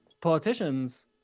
politicians